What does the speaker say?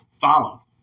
follow